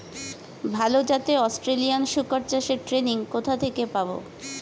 ভালো জাতে অস্ট্রেলিয়ান শুকর চাষের ট্রেনিং কোথা থেকে পাব?